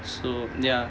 so ya